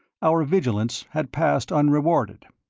our vigilance had passed unrewarded.